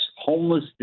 homeless